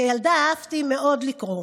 כילדה אהבתי מאוד לקרוא.